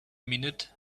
minute